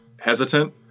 hesitant